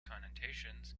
connotations